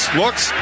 looks